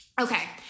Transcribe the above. Okay